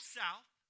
south